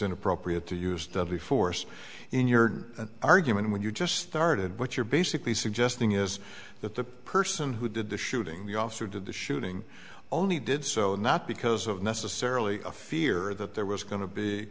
inappropriate to use deadly force in your argument when you just started what you're basically suggesting is that the person who did the shooting the officer did the shooting only did so not because of necessarily a fear that there was going to be